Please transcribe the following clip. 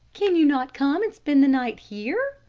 can you not come and spend the night here?